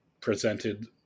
presented